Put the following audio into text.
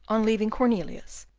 on leaving cornelius,